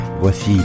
Voici